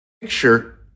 picture